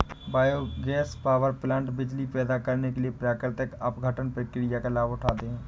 biogas power plant बिजली पैदा करने के लिए प्राकृतिक अपघटन प्रक्रिया का लाभ उठाते हैं